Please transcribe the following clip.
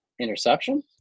interception